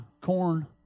corn